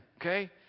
okay